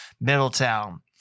Middletown